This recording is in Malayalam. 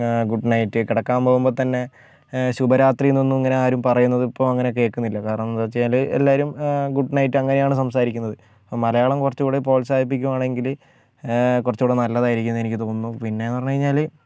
ഗുഡ് നൈറ്റ് കിടക്കാൻ പോകുമ്പോൾ തന്നെ ശുഭ രാത്രി എന്നൊന്നും ഇങ്ങനെ ആരും പറയുന്നത് ഇപ്പോൾ അങ്ങനെ കേൾക്കുന്നില്ല കാരണം എന്ന് വെച്ചാൽ എല്ലാവരും ഗുഡ് നൈറ്റ് അങ്ങനെയാണ് സംസാരിക്കുന്നത് അപ്പം മലയാളം കുറച്ചുകൂടെ പ്രോത്സാഹിപ്പിക്കുവാണെങ്കിൽ കുറച്ചുകൂടി നല്ലതായിരിക്കും എന്ന് എനിക്ക് തോന്നുന്നു പിന്നെ എന്ന് പറഞ്ഞ് കഴിഞ്ഞാൽ